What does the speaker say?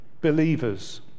believers